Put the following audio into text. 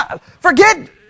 Forget